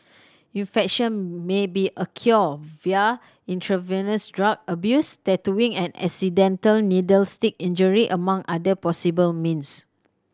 infection may be acquired via intravenous drug abuse tattooing and accidental needle stick injury among other possible means